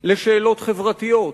לשאלות חברתיות,